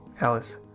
Alice